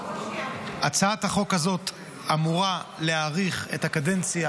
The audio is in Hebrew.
הצעת החוק הזאת אמורה להאריך את הקדנציה